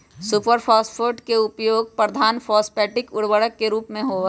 super phosphate के उपयोग प्रधान फॉस्फेटिक उर्वरक के रूप में होबा हई